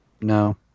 No